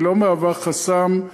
היא לא מהווה חסם,